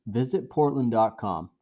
visitportland.com